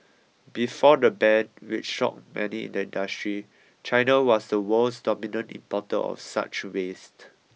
before the ban which shocked many in the industry China was the world's dominant importer of such waste